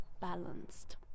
balanced